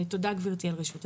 תודה על רשות הדיבור.